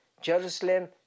Jerusalem